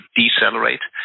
decelerate